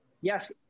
yes